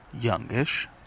youngish